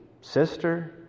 sister